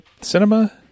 cinema